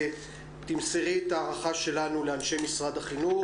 תמסרי את ההערכה שלנו לאנשי משרד החינוך,